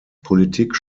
politik